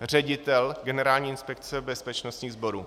Ředitel Generální inspekce bezpečnostních sborů.